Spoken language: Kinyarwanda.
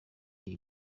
iyi